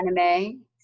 anime